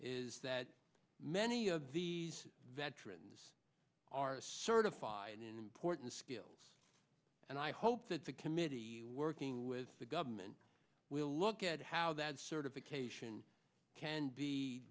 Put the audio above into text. is that many of these veterans are certified in porton skills and i hope that the committee working with the government will look at how that certification can be